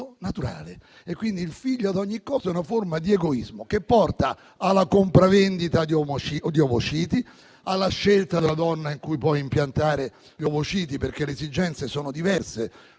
naturale, per cui il figlio ad ogni costo è una forma di egoismo, che porta alla compravendita di ovociti, alla scelta della donna in cui poi impiantarli, perché le esigenze sono diverse,